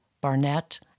Barnett